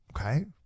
Okay